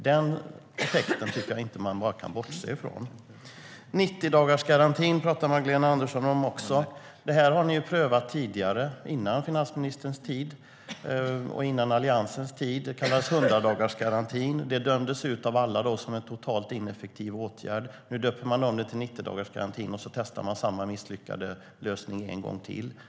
Den effekten kan man bara inte bortse ifrån. Magdalena Andersson pratar om 90-dagarsgarantin. Det har ni ju prövat tidigare, före finansministerns tid och före Alliansens tid. Då kallades det 100-dagarsgarantin, och den dömdes ut av alla som en totalt ineffektiv åtgärd. Nu döper man om det till 90-dagarsgarantin och så testar man samma misslyckade lösning en gång till.